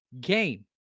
game